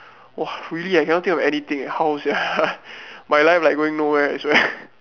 !wah! really ah I cannot think of anything eh how sia my life like going nowhere I swear